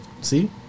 See